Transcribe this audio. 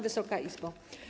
Wysoka Izbo!